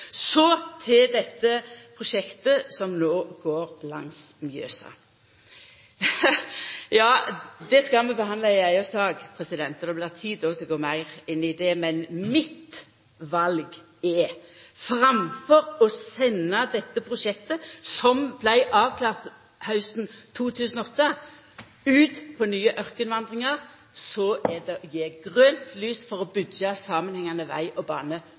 Så til dette prosjektet som no går langs Mjøsa. Det skal vi behandla i ei eiga sak, så det blir meir tid til å gå inn i det då, men mitt val er – framfor å senda dette prosjektet som vart avklart hausten 2008, ut på nye ørkenvandringar – å gje grønt lys for å byggja samanhengande veg og bane